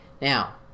Now